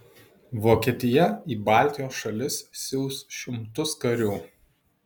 vokietija į baltijos šalis siųs šimtus karių